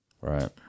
Right